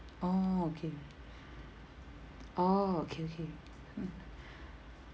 oh okay orh okay okay mm